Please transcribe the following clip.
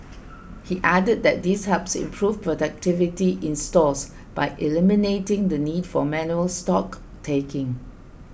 he added that this helps improve productivity in stores by eliminating the need for manual stock taking